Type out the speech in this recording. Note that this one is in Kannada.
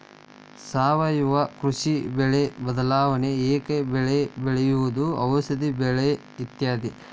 ಸಾವಯುವ ಕೃಷಿ, ಬೆಳೆ ಬದಲಾವಣೆ, ಏಕ ಬೆಳೆ ಬೆಳೆಯುವುದು, ಔಷದಿ ಬೆಳೆ ಇತ್ಯಾದಿ